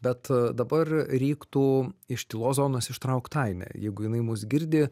bet a dabar reiktų iš tylos zonos ištraukt ainę jeigu jinai mus girdi